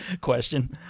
question